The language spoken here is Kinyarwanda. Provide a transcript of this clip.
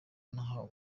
nahawe